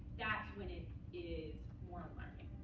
that's when it is more alarming.